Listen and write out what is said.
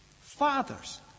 fathers